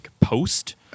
post